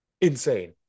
insane